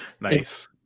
Nice